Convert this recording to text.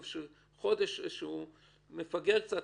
הם מפגרים קצת,